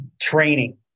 training